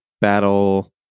battle